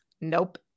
Nope